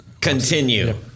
Continue